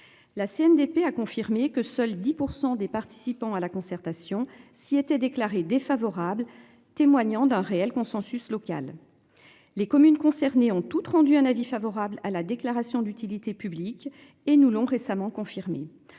La CNDP a confirmé que seuls 10% des participants à la concertation, s'il était déclaré défavorable témoignant d'un réel consensus local. Les communes concernées ont toutes rendu un avis favorable à la déclaration d'utilité publique et nous l'ont récemment confirmé